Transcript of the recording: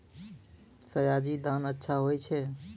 सयाजी धान अच्छा होय छै?